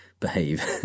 behave